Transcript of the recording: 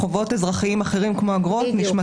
חובות אזרחיים אחרים כמו אגרות, נשמטים.